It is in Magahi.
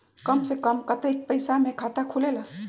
कम से कम कतेइक पैसा में खाता खुलेला?